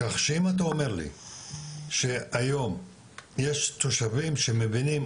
כך שאם אתה אומר לי שהיום יש תושבים שמבינים,